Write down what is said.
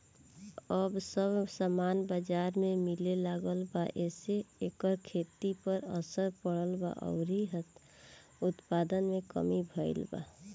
अब सब सामान बजार में मिले लागल बा एसे एकर खेती पर असर पड़ल बा अउरी उत्पादन में कमी भईल बा